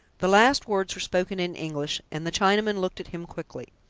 the last words were spoken in english, and the chinaman looked at him quickly.